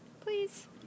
Please